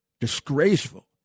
disgraceful